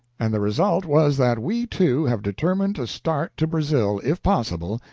and the result was that we two have determined to start to brazil, if possible,